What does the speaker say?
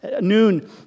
noon